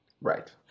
Right